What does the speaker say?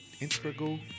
Integral